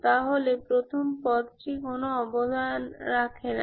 তাহলে প্রথম পদটি কোনো অবদান রাখেনা